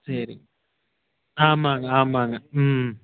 சரி ஆமாங்க ஆமாங்க ம்